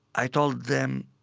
i told them,